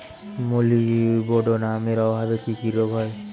মলিবডোনামের অভাবে কি কি রোগ হয়?